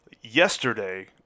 Yesterday